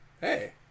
Hey